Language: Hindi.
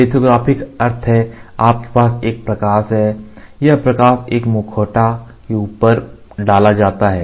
लिथोग्राफी का अर्थ है कि आपके पास एक प्रकाश है यह प्रकाश एक मुखौटा के ऊपर डाला जाता है